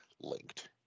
linked